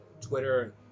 Twitter